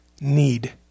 need